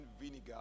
vinegar